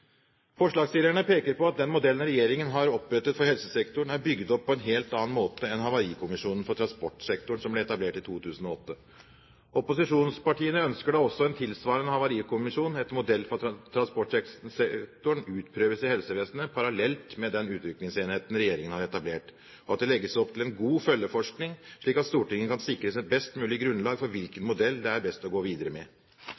Forslagsstillerne peker på at den modellen regjeringen har opprettet for helsesektoren, er bygd opp på en helt annen måte enn havarikommisjonen for transportsektoren, som ble etablert i 2008. Opposisjonspartiene ønsker da også at en tilsvarende havarikommisjon etter modell fra transportsektoren utprøves i helsevesenet parallelt med den utrykningsenheten regjeringen har etablert, og at det legges opp til en god følgeforskning, slik at Stortinget kan sikre seg best mulig grunnlag for hvilken